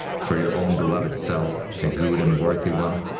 for your own beloved self, a good and worthy one.